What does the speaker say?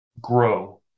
grow